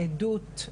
עדות,